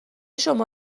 شما